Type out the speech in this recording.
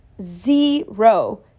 zero